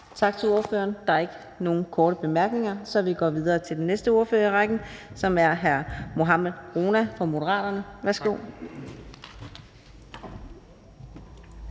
Tak til ordføreren. Der er ikke nogen korte bemærkninger, så vi går videre til den næste ordfører i rækken, som er hr. Sigurd Agersnap fra